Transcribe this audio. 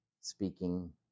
speaking